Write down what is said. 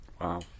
Wow